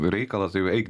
reikalą tai eik